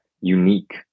unique